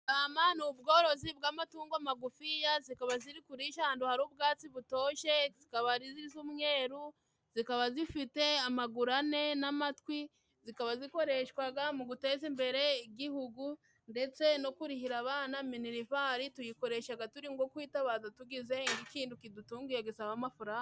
Indama ni ubworozi bw'amatungo magufiya. Zikaba ziri kurisha ahandu hari ubwatsi butoshye, zikaba ari iz'umweru, zikaba zifite amagu ane n'amatwi. Zikaba zikoreshwaga mu guteza imbere igihugu ndetse no kurihira abana minerivari. Tuyikoreshaga turi ngo kwitabaza tugize ikindu kidutunguye gisaba amafaranga.